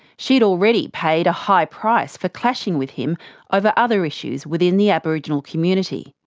she'd already paid a high price for clashing with him over other issues within the aboriginal community.